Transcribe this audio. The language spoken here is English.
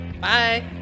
Bye